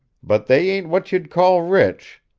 but they ain't what you'd call rich.